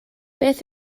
beth